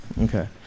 Okay